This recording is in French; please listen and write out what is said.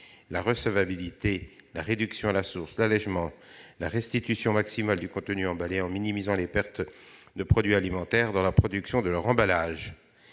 la recevabilité, la réduction à la source, l'allégement et la restitution maximale du contenu emballé en minimisant les pertes de produits alimentaires dans la production de leur emballage.